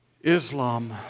Islam